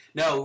no